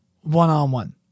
one-on-one